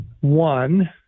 One